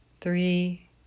three